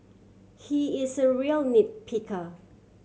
he is a real nit picker